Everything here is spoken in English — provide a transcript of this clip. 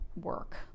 work